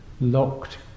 locked